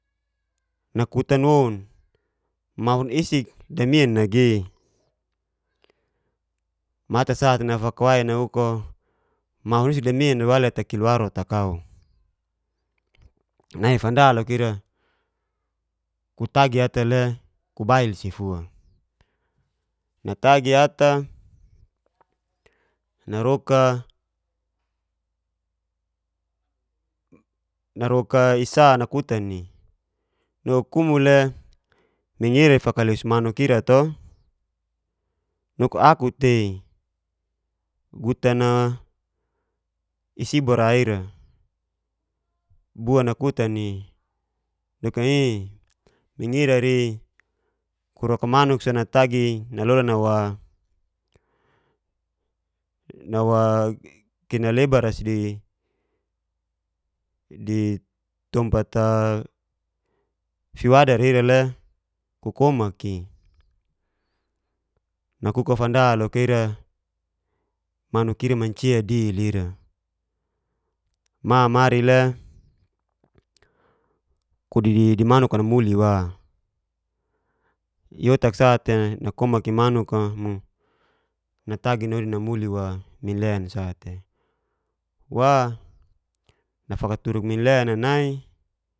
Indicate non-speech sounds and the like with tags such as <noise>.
Nakutan woun maun isisk damian nagi, mata sate nafakawai kakuk'o mafun i'si damian nawali ata kilwaru ata'kau. Nai fanda loka ira kutagi ata le kubail si fua, natagi ata naroka <hesitation> i'sa nakutan'i kumu le mingira're fakaleus manuk ira to, nakuk aku tei gutan <hesitation> i'si bora ira, bua nakutan'i. nakuk iy mingirari kuroka manuk sa natagi <unintelligible> nawa kena lebara sidi. <hesitation> tompat fiwadar ira le ku komak'i. Nakuk'o fanda loka ira manuk ira mancia dilira, ma mari le kodi di manuk'a namuli'i wa, i'otak sa'te nakomak'i manuk'a mu natagi nodi namuli wa minlen sate, nafakaturuk minlena nai.